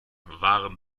waren